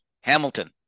Hamilton